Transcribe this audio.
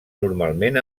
normalment